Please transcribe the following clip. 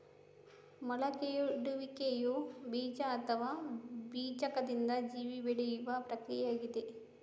ಮೊಳಕೆಯೊಡೆಯುವಿಕೆಯು ಬೀಜ ಅಥವಾ ಬೀಜಕದಿಂದ ಜೀವಿ ಬೆಳೆಯುವ ಪ್ರಕ್ರಿಯೆಯಾಗಿದೆ